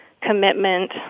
commitment